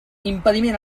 impediment